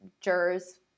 jurors